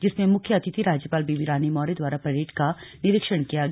जिसमें मुख्य अतिथि राज्यपाल बेबी रानी मौर्य द्वारा परेड का निरीक्षण किया गया